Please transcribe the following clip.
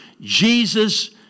Jesus